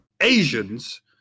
Asians